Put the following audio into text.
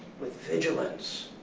with vigilance,